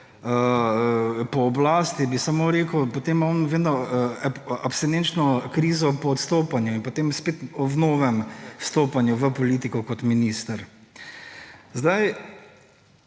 po oblasti, bi samo rekel, potem ima on vedno abstinenčno krizo po odstopanju in potem spet o novem vstopanju v politiko kot minister.